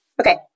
Okay